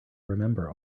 remember